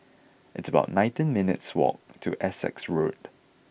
it's about nineteen minutes' walk to Essex Road